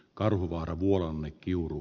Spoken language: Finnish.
karhuvaara vuolaana kiuru